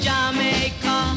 Jamaica